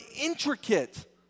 intricate